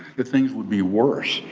the things would be worse.